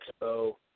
Expo